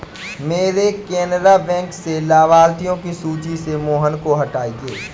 मेरे केनरा बैंक से लाभार्थियों की सूची से मोहन को हटाइए